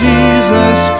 Jesus